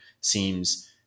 seems